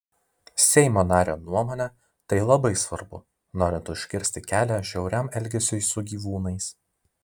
seimo nario nuomone tai labai svarbu norint užkirsti kelią žiauriam elgesiui su gyvūnais